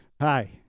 Hi